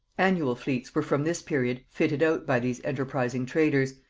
annual fleets were from this period fitted out by these enterprising traders,